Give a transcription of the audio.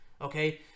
Okay